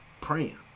Praying